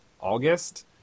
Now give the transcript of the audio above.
august